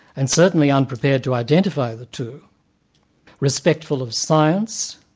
and certainly unprepared to identify the two respectful of science,